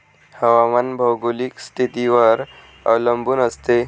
हवामान भौगोलिक स्थितीवर अवलंबून असते